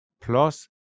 plus